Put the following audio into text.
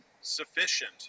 sufficient